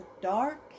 Dark